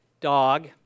dog